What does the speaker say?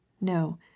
No